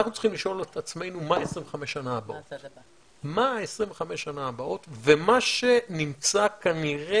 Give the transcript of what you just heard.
אנחנו צריכים לשאול את עצמנו מה ה-25 השנה הבאות ומה שנמצא כנראה